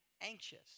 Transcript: anxious